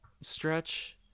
stretch